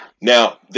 Now